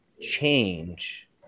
change